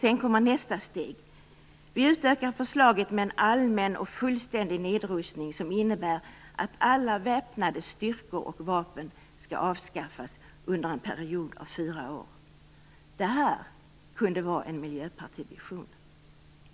Sedan kommer nästa steg: Vi utökar förslaget med en allmän och fullständig nedrustning som innebär att alla väpnade styrkor och vapen skall avskaffas under en period av fyra år. Det här kunde vara en miljöpartivision.